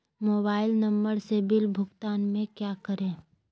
Mobile number से bill भुगतान में क्या करें?